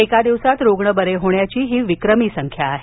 एका दिवसांत रुग्ण बरे होण्याची ही विक्रमी संख्या आहे